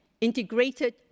integrated